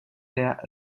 der